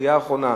הקריאה האחרונה,